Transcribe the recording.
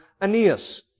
Aeneas